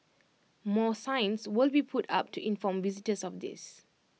more signs will be put up to inform visitors of this